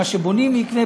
כשבונים מקווה,